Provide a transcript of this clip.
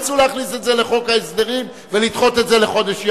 ורצו להכניס את זה לחוק ההסדרים ולדחות את זה לחודש ינואר,